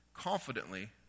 confidently